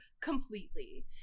completely